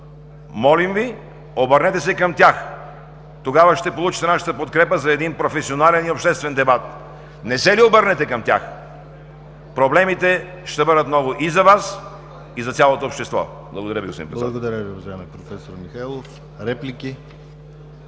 Молим Ви, обърнете се към тях! Тогава ще получите нашата подкрепа за един професионален и обществен дебат. Не се ли обърнете към тях, проблемите ще бъдат много и за Вас, и за цялото общество. Благодаря Ви, господин